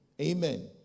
Amen